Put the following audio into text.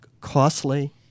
costly